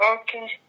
Okay